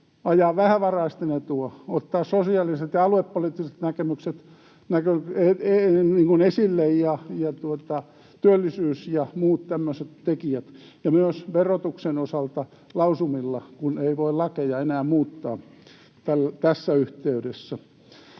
ajaa vähävaraisten etua, ottaa sosiaaliset ja aluepoliittiset näkemykset esille ja työllisyys ja muut tämmöiset tekijät. Ja myös verotuksen osalta toimitaan lausumilla, kun ei voi lakeja enää muuttaa tässä yhteydessä.